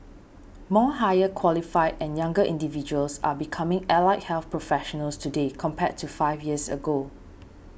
more higher qualified and younger individuals are becoming allied health professionals today compared to five years ago